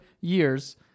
years